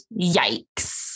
yikes